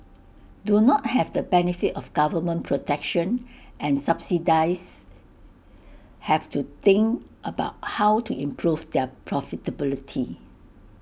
do not have the benefit of government protection and subsidies have to think about how to improve their profitability